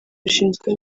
rushinzwe